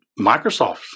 Microsoft